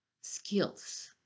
skills